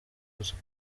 ruswa